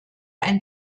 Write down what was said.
ein